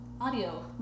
audio